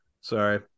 Sorry